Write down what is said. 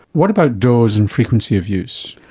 what about dose and frequency of use,